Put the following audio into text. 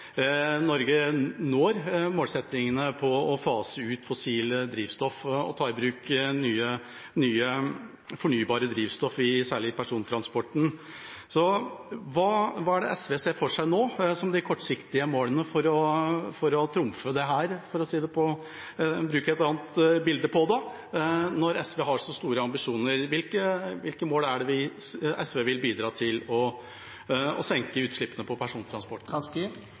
Norge når målsettingen om å fase ut fossile drivstoff og ta i bruk nye, fornybare drivstoff, særlig i persontransporten. Hva ser SV for seg nå som kortsiktige mål for å trumfe dette – for å bruke et annet bilde på det – når SV har så store ambisjoner? Hvilke mål vil SV bidra til, med tanke på å senke utslippene